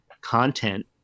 content